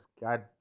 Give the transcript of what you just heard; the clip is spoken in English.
God